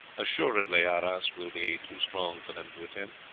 assuredly arras will be too strong for them to attempt.